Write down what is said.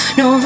no